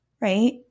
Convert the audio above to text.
right